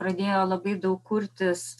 pradėjo labai daug kurtis